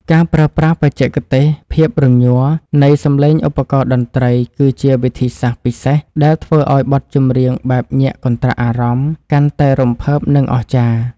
ការប្រើប្រាស់បច្ចេកទេសភាពរំញ័រនៃសំឡេងឧបករណ៍តន្ត្រីគឺជាវិធីសាស្ត្រពិសេសដែលធ្វើឱ្យបទចម្រៀងបែបញាក់កន្ត្រាក់អារម្មណ៍កាន់តែរំភើប និង អស្ចារ្យ។